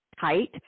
tight